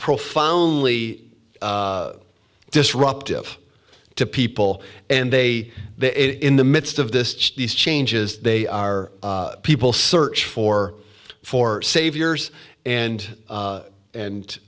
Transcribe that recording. profoundly disruptive to people and they in the midst of this these changes they are people search for for saviors and